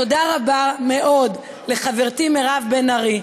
תודה רבה מאוד לחברתי מירב בן ארי,